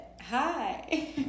hi